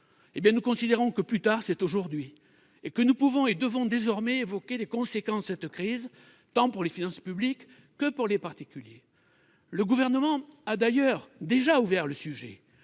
Nous considérons que plus tard c'est aujourd'hui, et que nous pouvons et devons désormais évoquer les conséquences de cette crise tant pour les finances publiques que pour les particuliers. Le Gouvernement a d'ailleurs déjà ouvert le sujet.